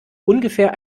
ungefähr